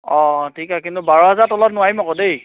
অঁ অঁ ঠিক আছে কিন্তু বাৰ হাজাৰ তলত নোৱাৰিম আকৌ দেই